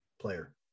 player